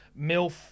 Milf